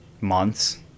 Months